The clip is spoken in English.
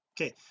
okay